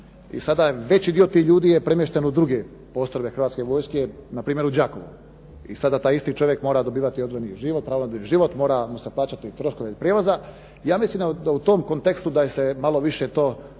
i sada veći dio tih ljudi je premješten u druge postrojbe Hrvatske vojske npr. u Đakovo. I sada taj isti čovjek mora dobivati odvojeni život, pravo na odvojeni život, mora mu se plaćati troškove prijevoza. Ja mislim da u tom kontekstu da je se malo više to